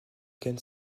gagne